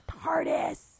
TARDIS